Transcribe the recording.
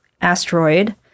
asteroid